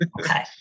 Okay